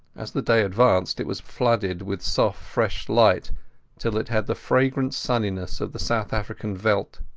as the day advanced it was flooded with soft fresh light till it had the fragrant sunniness of the south african veld.